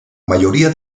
mayoría